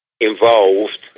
involved